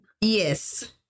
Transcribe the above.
Yes